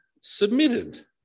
submitted